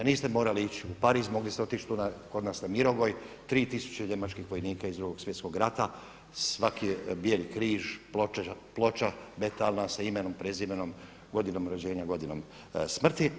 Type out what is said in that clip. Niste morali ići u Pariz mogli ste tu otići kod nas Mirogoj tri tisuće njemačkih vojnika iz Drugog svjetskog rata, svaki je bijeli križ, ploča metalna sa imenom i prezimenom, godinom rođenja, godinom smrti.